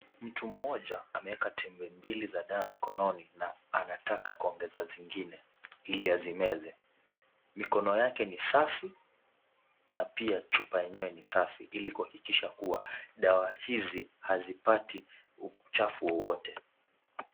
Mtu mmoja ameeka tembe mbili za dawa mikononi na anataka kuongeza zingine ili azimeze. Mikono yake ni safi na pia chupa yenyewe ni safi, ili kuhakikisha kuwa dawa hizi hazipati uchafu wowote.